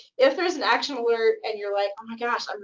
if there's an action alert and you're like, oh, my gosh.